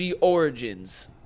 Origins